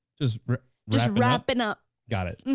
just wrapping up. got it,